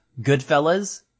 Goodfellas